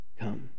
come